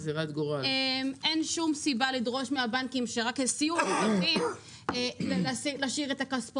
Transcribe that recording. יש איזשהו טרייד אוף בין הגובה של העמלה לבין הפריסה של הכספומטים,